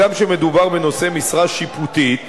הגם שמדובר בנושא משרה שיפוטית,